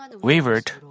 wavered